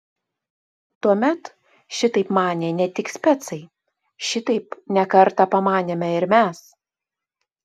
tuomet šitaip manė ne tik specai šitaip ne kartą pamanėme ir mes